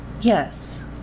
Yes